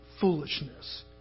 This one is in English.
foolishness